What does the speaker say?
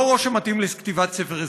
לא ראש שמתאים לכתיבת ספר אזרחות.